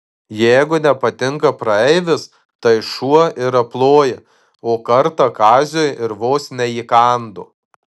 jeigu nepatinka praeivis tai šuo ir aploja o kartą kaziui ir vos neįkando